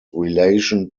relation